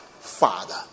Father